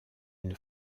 une